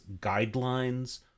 guidelines